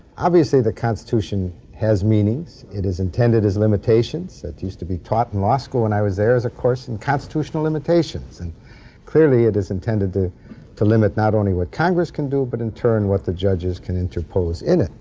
obviously, the constitution has meanings. it is intended as limitations. it used to be taught in law school when i was there as a course in constitutional limitations, and clearly, it is intended to to limit not only what congress can do but, in turn, what the judges can interpose in it.